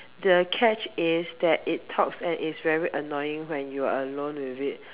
the catch is that it talks and is very annoying when you're alone with it